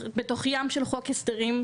בתוך ים של חוק הסדרים,